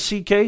CK